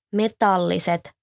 metalliset